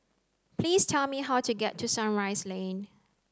please tell me how to get to Sunrise Lane